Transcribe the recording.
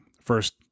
First